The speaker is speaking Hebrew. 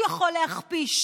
הוא יכול להכפיש,